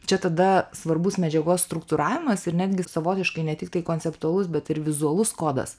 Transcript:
čia tada svarbus medžiagos struktūravimas ir netgi savotiškai ne tiktai konceptualus bet ir vizualus kodas